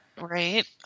Right